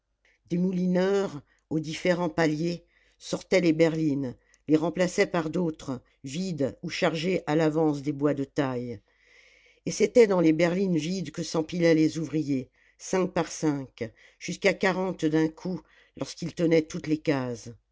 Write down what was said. des moulineurs aux différents paliers sortaient les berlines les remplaçaient par d'autres vides ou chargées à l'avance des bois de taille et c'était dans les berlines vides que s'empilaient les ouvriers cinq par cinq jusqu'à quarante d'un coup lorsqu'ils tenaient toutes les cases